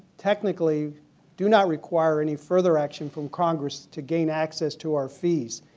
technically do not require any further action from congress to gain access to our fees.